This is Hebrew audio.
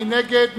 מי נגד?